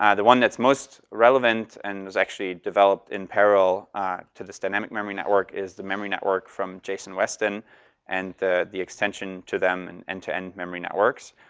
ah the one that's most relevant and was actually developed in peril to this dynamic memory network, is the memory network from jason weston and the the extension to them in end to end memory networks.